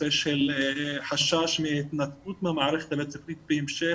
נושא של חשש מהתנתקות מהמערכת הבית ספרית בהמשך,